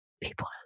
people